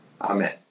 Amen